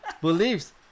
beliefs